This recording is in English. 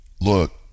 Look